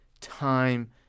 time